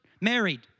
Married